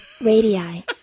Radii